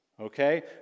Okay